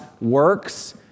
works